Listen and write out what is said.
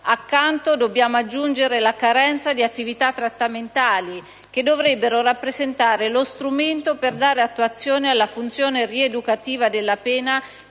dobbiamo aggiungervi la carenza di attività trattamentali, che dovrebbero rappresentare lo strumento per dare attuazione alla funzione rieducativa della pena,